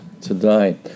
today